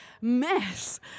mess